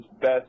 best